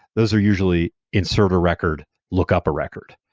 those are usually insert a record, look up a record.